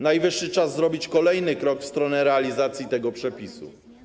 Najwyższy czas zrobić kolejny krok w stronę realizacji tego przepisu.